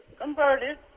converted